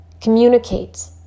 communicate